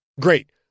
Great